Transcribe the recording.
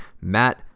Matt